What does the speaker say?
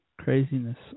Craziness